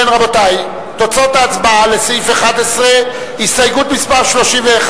רבותי, תוצאות ההצבעה לסעיף 11, הסתייגות מס' 31,